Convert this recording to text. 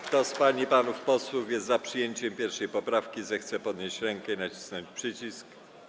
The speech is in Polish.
Kto z pań i panów posłów jest za przyjęciem 1. poprawki, zechce podnieść rękę i nacisnąć przycisk.